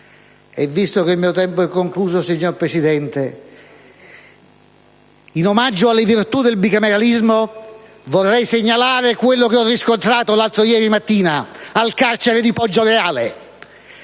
Visto che il mio tempo è concluso, signor Presidente, ed in omaggio alle virtù del bicameralismo, vorrei segnalare quello che ho riscontrato l'altro ieri mattina al carcere di Poggioreale.